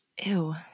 Ew